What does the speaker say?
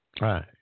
right